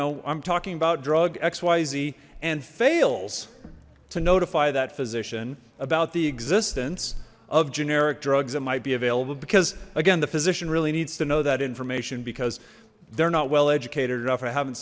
know i'm talking about drug xyz and fails to notify that physician about the existence of generic drugs that might be available because again the physician really needs to know that information because they're not well educated enough i haven't